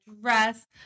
dress